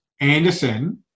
Anderson